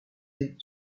est